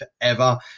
forever